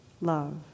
love